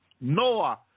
Noah